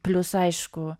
plius aišku